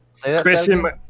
Christian –